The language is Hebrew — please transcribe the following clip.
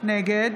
נגד